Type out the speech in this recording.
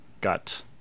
got